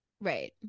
right